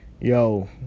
Yo